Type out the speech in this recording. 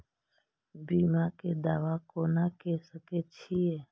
बीमा के दावा कोना के सके छिऐ?